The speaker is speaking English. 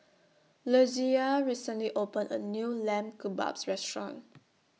Lesia recently opened A New Lamb Kebabs Restaurant